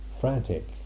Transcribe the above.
frantic